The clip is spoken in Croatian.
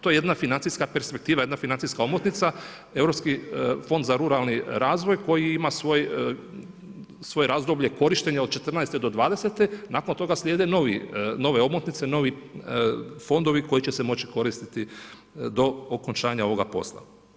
To je jedna financijska perspektiva, jedna financijska omotnica Europski fond za ruralni razvoj koji ima svoje razdoblje korištenja od 2014.-2020., nakon toga slijede nove omotnice, novi fondovi koji će se moći koristiti do okončanja ovoga posla.